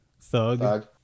thug